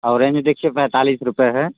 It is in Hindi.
ऑरेंज देखिए पैंतालीस रूपये है